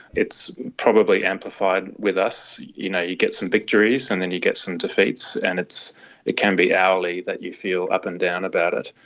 it's probably amplified with us. you know, you get some victories and then you get some defeats, and it it can be hourly that you feel up and down about it.